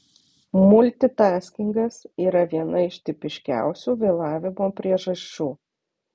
multitaskingas yra viena iš tipiškiausių vėlavimo priežasčių